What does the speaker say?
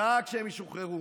דאג שהם ישוחררו.